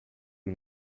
and